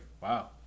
wow